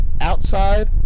outside